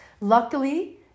Luckily